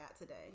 today